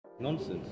Nonsense